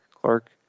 Clark